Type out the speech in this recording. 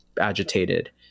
agitated